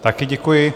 Také děkuji.